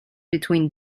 between